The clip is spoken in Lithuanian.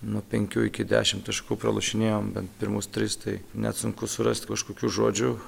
nuo penkių iki dešimt taškų pralošinėjom bent pirmus tris tai net sunku surast kažkokių žodžių